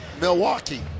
Milwaukee